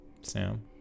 Sam